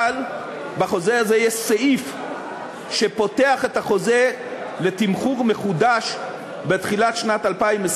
אבל בחוזה הזה יש סעיף שפותח את החוזה לתמחור מחודש בתחילת שנת 2021,